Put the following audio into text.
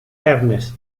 ernest